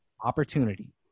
opportunity